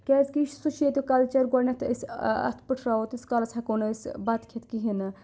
کیٚازِکہِ یہِ چھُ سُہ چھُ ییٚتِیُک کَلچَر گۄڈنؠتھ أسۍ اَتھ پُٹٕھراوو تِس کالَس ہیٚکو نہٕ أسۍ بَتہٕ کھیٚتھ کِہیٖنۍ نہٕ